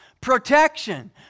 protection